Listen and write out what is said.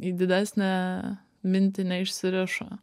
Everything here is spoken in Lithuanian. į didesnę mintį neišsirišo